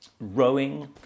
Rowing